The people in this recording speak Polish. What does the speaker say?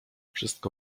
wszystko